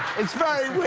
it's very